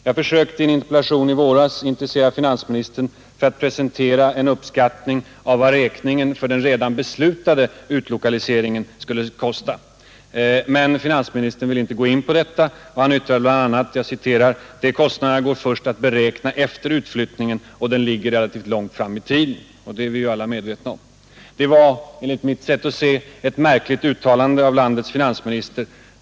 Jag försökte i en interpellation i våras intressera finansministern för att presentera en uppskattning av vad den redan beslutade utlokaliseringen skulle kosta. Men finansministern ville inte gå in på detta. Han yttrade bl.a. att de kostnaderna ”går först att beräkna efter utflyttningen, och den ligger relativt långt fram i tiden”. Det var enligt mitt sätt att se ett märkligt uttalande av landets finansminister.